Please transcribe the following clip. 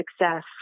success